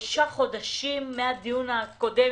חמישה חודשים מהדיון הקודם,